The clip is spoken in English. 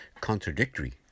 contradictory